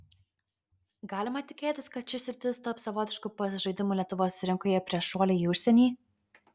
galima tikėtis kad ši sritis taps savotišku pasižaidimu lietuvos rinkoje prieš šuolį į užsienį